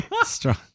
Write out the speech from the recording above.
Strong